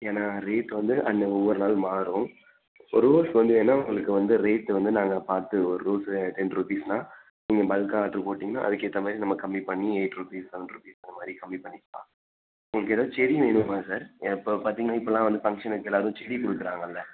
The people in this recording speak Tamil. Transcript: ஏன்னா ரேட் வந்து அன்றைய ஒவ்வொரு நாள் மாறும் இப்போ ரோஸ் வந்து ஏன்னா உங்களுக்கு வந்து ரேட் வந்து நாங்கள் பார்த்து ஒரு ரோஸு டென் ருபீஸ்னா நீங்க பல்க்காக ஆட்ருப் போட்டீங்கன்னா அதுக்கு ஏற்றா மாதிரி நம்ம கம்மி பண்ணி எயிட் ருபீஸ் செவன் ருபீஸ் அந்த மாதிரி கம்மி பண்ணிக்கலாம் உங்களுக்கு எதாவது செடி வேணுமா சார் இப்போ பார்த்தீங்கன்னா இப்போல்லாம் வந்து ஃபங்க்ஷன் வைக்கிற அது செடி கொடுக்குறாங்கல்ல